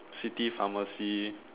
city pharmacy